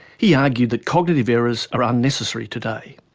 he argued that cognitive errors are unnecessary today.